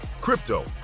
crypto